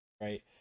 right